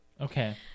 Okay